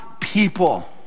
people